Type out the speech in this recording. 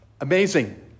Amazing